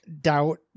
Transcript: Doubt